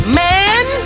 man